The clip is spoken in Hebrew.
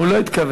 הוא לא התכוון.